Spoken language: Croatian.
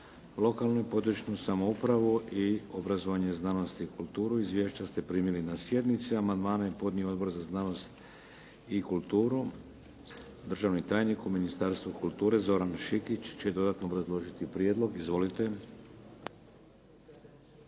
lokalnu i područnu samoupravu i obrazovanje, znanost i kulturu. Izvješća ste primili na sjednici. Amandmane je podnio Odbor za znanost i kulturu. Državni tajnik u Ministarstvu kulture Zoran Šikić će dodatno obrazložiti prijedlog. **Šikić,